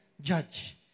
Judge